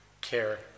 care